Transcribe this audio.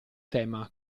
tema